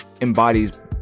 embodies